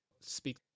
speak